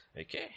Okay